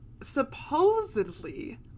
supposedly